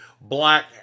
black